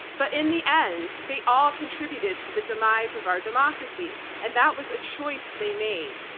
but in the end, they all contributed to the demise of our democracy and that was a choice they made.